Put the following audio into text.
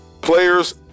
players